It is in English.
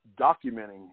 documenting